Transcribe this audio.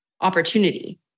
opportunity